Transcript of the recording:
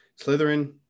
Slytherin